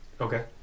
Okay